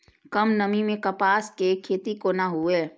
कम नमी मैं कपास के खेती कोना हुऐ?